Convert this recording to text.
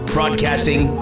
Broadcasting